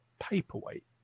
paperweight